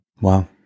Wow